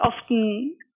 often